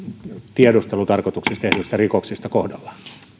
tiedustelutarkoituksista tehdyistä rikoksista kohdallaan